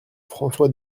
françois